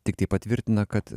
tiktai patvirtina kad